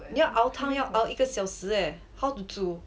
你要熬汤要熬一个小时 eh how to 煮